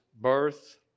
birth